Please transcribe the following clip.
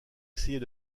essayait